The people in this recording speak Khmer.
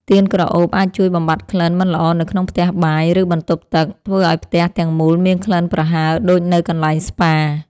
ទៀនក្រអូបអាចជួយបំបាត់ក្លិនមិនល្អនៅក្នុងផ្ទះបាយ ឬបន្ទប់ទឹក ធ្វើឱ្យផ្ទះទាំងមូលមានក្លិនប្រហើរដូចនៅកន្លែងស្ប៉ា។